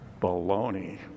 Baloney